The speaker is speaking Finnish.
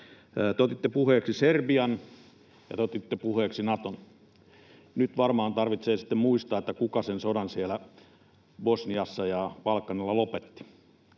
otitte puheeksi Serbian ja te otitte puheeksi Naton. Nyt varmaan tarvitsee sitten muistaa, kuka sen sodan siellä Bosniassa ja Balkanilla lopetti.